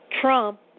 Trump